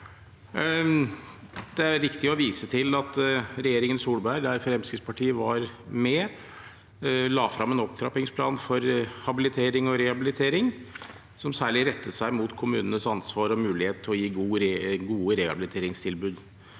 Det er riktig å vise til at regjeringen Solberg, der Fremskrittspartiet var med, la fram en opptrappingsplan for habilitering og rehabilitering som særlig rettet seg mot kommunenes ansvar og mulighet til å gi gode rehabiliteringstilbud.